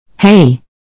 Hey